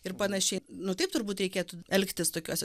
ir panašiai nu taip turbūt reikėtų elgtis tokiose